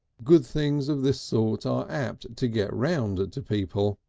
good things of this sort are apt to get round to people.